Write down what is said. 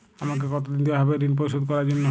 আমাকে কতদিন দেওয়া হবে ৠণ পরিশোধ করার জন্য?